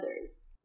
others